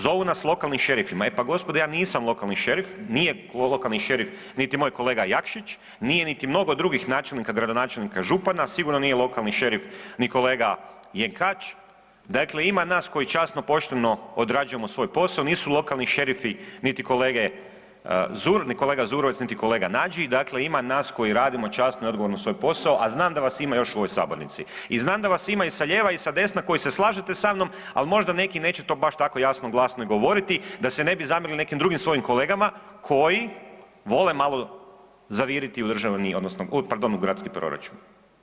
Zovu nas lokalnim šerifima, e pa gospodo ja nisam lokalni šerif, nije lokalni šerif niti moj kolega Jakšić, nije niti mnogo drugih načelnika, gradonačelnika, župana, sigurno nije lokalni šerif ni kolega Jenkač, dakle ima nas koji časno i pošteno odrađujemo svoj posao, niti lokalni šerifi niti kolege Zur, ni kolega Zurovec, niti kolega Nađi, dakle ima nas koji radimo časno i odgovorno svoj posao, a znam da vas ima još u ovoj sabornici i znam da vas ima i sa ljeva i sa desna koji se slažete sa mnom, al možda neki neće to baš tako jasno i glasno govoriti da se ne bi zamjerili nekim drugim svojim kolegama koji vole malo zaviriti u državni odnosno, pardon u gradski proračun.